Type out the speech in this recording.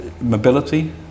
Mobility